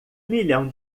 milhão